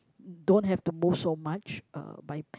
don't have to move so much uh by